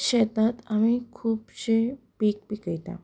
शेतांत आमीं खुबशें पीक पिकयतात